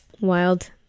wild